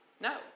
no